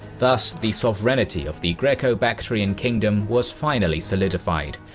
thus, the sovereignty of the greco-bactrian kingdom was finally solidified,